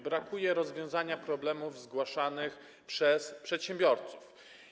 Brakuje rozwiązania problemów zgłaszanych przez przedsiębiorców.